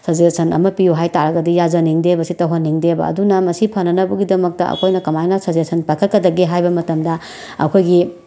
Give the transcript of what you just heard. suggestion ꯑꯃ ꯄꯤꯌꯨ ꯍꯥꯏ ꯇꯥꯔꯒꯗꯤ ꯌꯥꯖꯅꯤꯡꯗꯦꯕ ꯁꯦ ꯇꯧꯍꯟꯅꯤꯡꯗꯦꯕ ꯑꯗꯨꯅ ꯃꯁꯤ ꯐꯅꯅꯕꯒꯤꯗꯃꯛꯇ ꯑꯩꯈꯣꯏꯅ ꯀꯃꯥꯏꯅ ꯁꯖꯦꯁꯟ ꯄꯥꯏꯈꯠꯀꯗꯒꯦ ꯍꯥꯏꯕ ꯃꯇꯝꯗ ꯑꯩꯈꯣꯏꯒꯤ